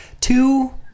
two